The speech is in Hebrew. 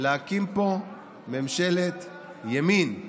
להקים פה ממשלת ימין.